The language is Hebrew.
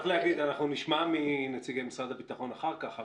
אנחנו נשמע מנציגי משרד הביטחון אחר כך.